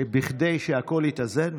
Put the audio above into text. כדי שהכול יתאזן,